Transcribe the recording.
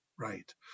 Right